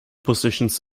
positions